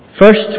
First